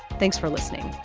thanks for listening